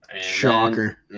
Shocker